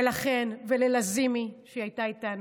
ולכן, וללזימי, שהייתה איתנו,